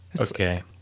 Okay